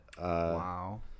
Wow